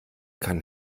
kann